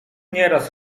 nieraz